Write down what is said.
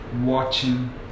watching